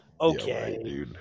Okay